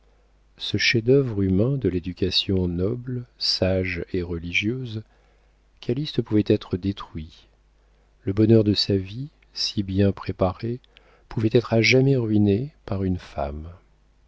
ce chef-d'œuvre humain de l'éducation noble sage et religieuse calyste pouvait être détruit le bonheur de sa vie si bien préparé pouvait être à jamais ruiné par une femme